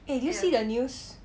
eh did you see the news